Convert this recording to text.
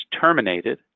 terminated